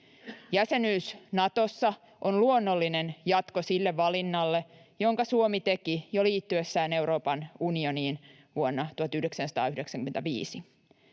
Jäsenyys Natossa on luonnollinen jatko sille valinnalle, jonka Suomi teki jo liittyessään Euroopan unioniin vuonna 1995.